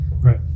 right